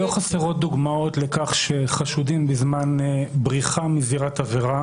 לא חסרות שדוגמאות לכך שחשודים בזמן בריחה מזירת עבירה